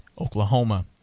oklahoma